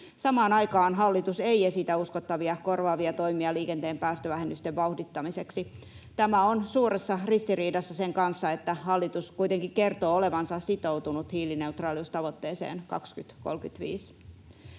Samaan aikaan hallitus ei esitä uskottavia korvaavia toimia liikenteen päästövähennysten vauhdittamiseksi. Tämä on suuressa ristiriidassa sen kanssa, että hallitus kuitenkin kertoo olevansa sitoutunut hiilineutraaliustavoitteeseen 2035.